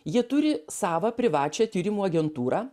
ji turi savą privačią tyrimų agentūrą